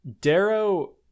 Darrow